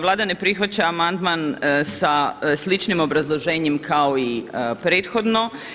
Vlada ne prihvaća amandman sa sličnim obrazloženjem kao i prethodno.